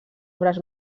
obres